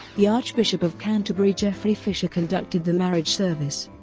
the archbishop of canterbury geoffrey fisher conducted the marriage service.